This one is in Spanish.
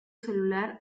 celular